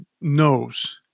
knows